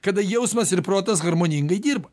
kada jausmas ir protas harmoningai dirba